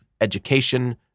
education